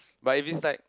but if is like